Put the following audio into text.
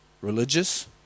Religious